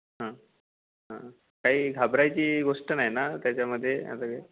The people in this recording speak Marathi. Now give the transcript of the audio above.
हां हां काही घाबरायची गोष्ट नाही ना त्याच्यामध्ये आता काही